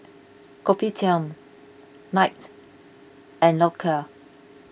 Kopitiam Knight and Loacker